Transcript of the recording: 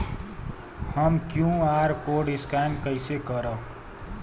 हम QR code scan कइसे करब?